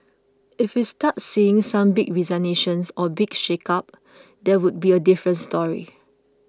if we start seeing some big resignations or big shake up that would be a different story